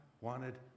wanted